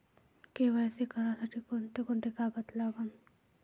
KYC करासाठी कोंते कोंते कागद लागन?